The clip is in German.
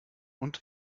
und